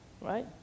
right